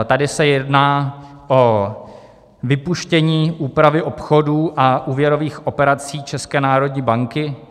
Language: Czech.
Tady se jedná o vypuštění úpravy obchodů a úvěrových operací České národní banky.